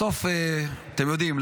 בסוף אתם יודעים,